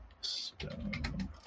Stone